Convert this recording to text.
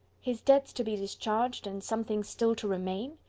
his debts to be discharged, and something still to remain!